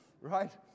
Right